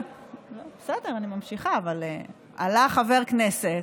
בסדר, אני ממשיכה, אבל עלה חבר כנסת,